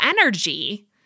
energy